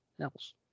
else